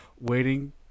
waiting